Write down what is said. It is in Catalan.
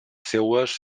seues